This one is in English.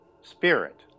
spirit